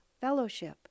fellowship